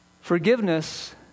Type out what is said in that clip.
Forgiveness